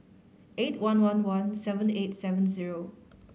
eight one one one seven eight seven zero